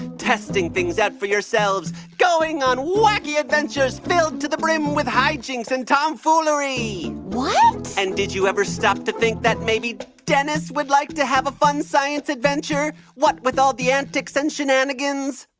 testing things out for yourselves, going on wacky adventures filled to the brim with high jinks and tomfoolery and did you ever stop to think that maybe dennis would like to have a fun science adventure, what with all the antics and shenanigans?